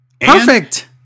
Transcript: Perfect